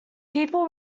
people